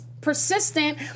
persistent